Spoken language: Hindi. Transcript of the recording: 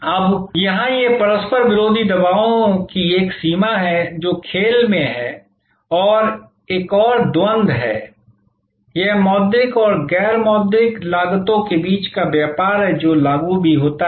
अब यहां यह परस्पर विरोधी दबावों की एक सीमा है जो खेल में हैं और यह एक और द्वंद्व है यह मौद्रिक और गैर मौद्रिक लागतों के बीच का व्यापार है जो लागू भी होता है